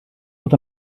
fod